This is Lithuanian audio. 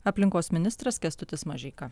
aplinkos ministras kęstutis mažeika